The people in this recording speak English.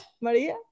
Maria